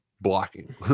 blocking